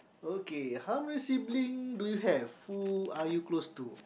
okay how many sibling do you have who are you close to